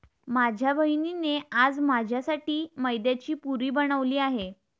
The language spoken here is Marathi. माझ्या बहिणीने आज माझ्यासाठी मैद्याची पुरी बनवली आहे